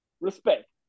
respect